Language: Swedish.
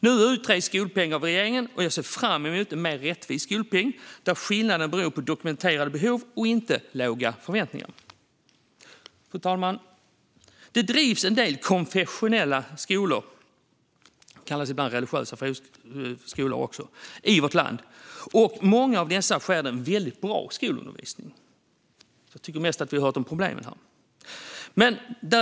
Nu utreds skolpengen av regeringen, och jag ser fram emot en mer rättvis skolpeng, där skillnader beror på dokumenterade behov och inte på låga förväntningar. Fru talman! Det drivs en del konfessionella skolor i vårt land - de kallas ibland religiösa friskolor - och i många av dem sker väldigt bra skolundervisning. Jag tycker att vi mest har fått höra om problemen.